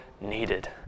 needed